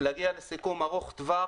להגיע לסיכום ארוך טווח